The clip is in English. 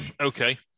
okay